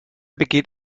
begeht